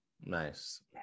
Nice